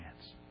chance